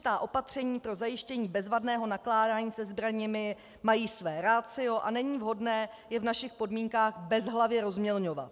Určitá opatření pro zajištění bezvadného nakládání se zbraněmi mají své ratio a není vhodné je v našich podmínkách bezhlavě rozmělňovat.